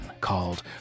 called